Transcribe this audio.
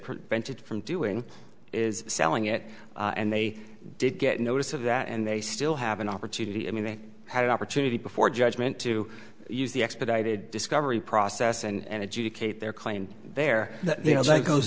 prevented from doing is selling it and they did get notice of that and they still have an opportunity i mean they had an opportunity before judgment to use the expedited discovery process and adjudicate their claim there you know like goes